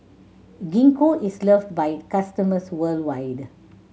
Gingko is loved by it customers worldwide